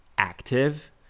active